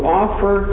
offer